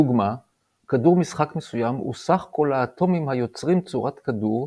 דוגמה כדור משחק מסוים הוא סך כל האטומים היוצרים צורת כדור,